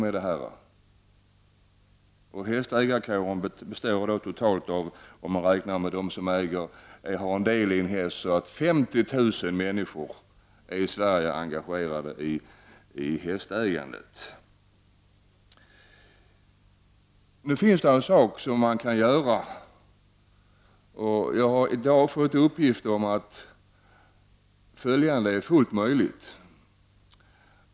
Om man räknar med dem som har del i en häst består hästägarkåren av totalt 50 000 människor. Det finns en sak som man kan göra. Jag har i dag fått uppgift om att följande är fullt möjligt.